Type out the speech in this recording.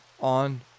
on